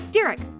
Derek